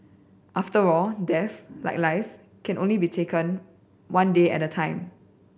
after all death like life can only be taken only one day at a time